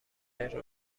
هیتلر